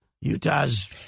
Utah's